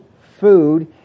food